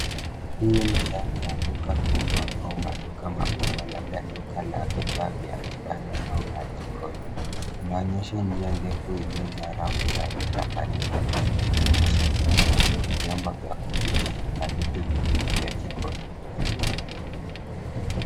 Hii ni ndani ya duka kubwa au maduka makubwa labda duka la vifaa vya nyumbani au la jikoni. Inaonyesha njia ndefu iliyojaa rafu za bidhaa mbalimbali zikiwemo sufuria, vyombo vya kupikia na vitu vingine vya jikoni.